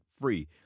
free